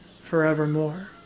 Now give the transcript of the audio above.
forevermore